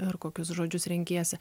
ir kokius žodžius renkiesi